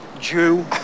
Jew